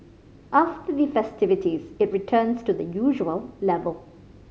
after the festivities it returns to the usual level